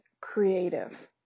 creative